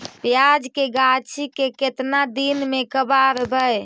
प्याज के गाछि के केतना दिन में कबाड़बै?